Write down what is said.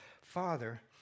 father